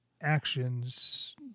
actions